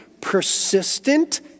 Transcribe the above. persistent